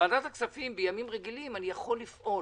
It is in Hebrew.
בוועדת הכספים בימים רגילים אני יכול לפעול.